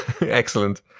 Excellent